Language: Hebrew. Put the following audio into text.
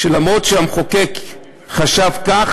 למרות שהמחוקק חשב כך,